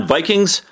Vikings